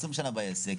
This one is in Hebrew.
20 שנה בעסק,